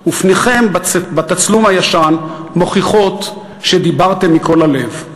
/ ופניכם בתצלום הישן מוכיחות שדיברתם מכל הלב /